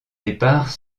départs